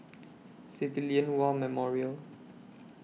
Civilian War Memorial